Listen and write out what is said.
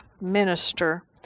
minister